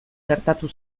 gertatu